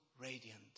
radiant